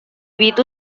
itu